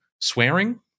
swearing